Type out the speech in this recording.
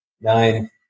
nine